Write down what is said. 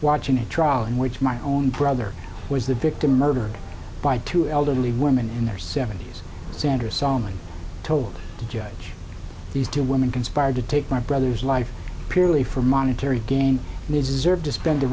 watching a trial in which my own brother was the victim murdered by two elderly women in their seventy's sandra solomon told the judge these two women conspired to take my brother's life purely for monetary gain and deserved to spend the